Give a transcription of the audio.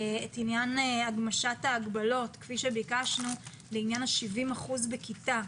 את עניין הגמשת ההגבלות כפי שביקשנו לעניין ה-70 אחוזים בכיתה.